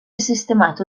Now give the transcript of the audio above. sistemato